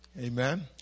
Amen